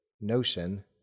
notion